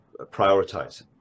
prioritize